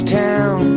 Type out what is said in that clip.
town